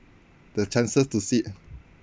the chances to see it